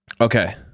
okay